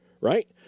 right